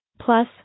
Plus